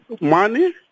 money